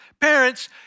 Parents